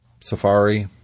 Safari